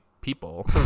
people